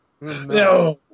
No